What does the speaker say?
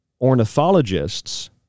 ornithologists